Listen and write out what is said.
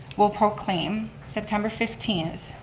will proclaim september fifteenth,